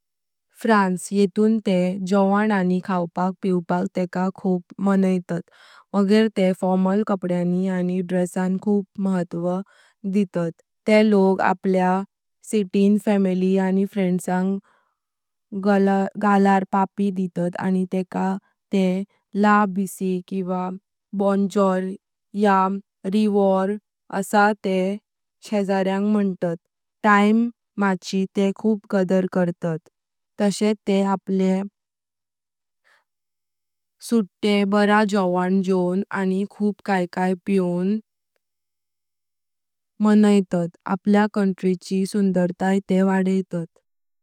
फ्रान्स। येऊन ते जोवण आनी खवपाक पिवपाक तेका खूप मानातात, मगर ते फोर्मल खपड्यांग आनी ड्रेसांची खूप महत्वा दितात, ते लोक आपल्या सिटी नी फॅमिली आनी फ्रेंदसंग गलार पापी दितात आनी तेका ते ला बिसे, किवा बोंजोर या औ रेव्वोआ असे ते शेजार्यांग मंतात। टायम माचि ते खूप कदर करतात, तसेत ते आपल्या सुट्टे बारा जोवण जोवण आनी खूप काय काय पिवण मनैतात, आपल्या कंट्रीची सुंदरताय ते वडैतात।